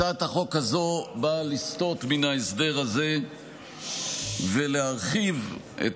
הצעת החוק באה לסטות מן ההסדר הזה ולהרחיב את